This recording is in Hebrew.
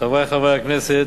חברי חברי הכנסת,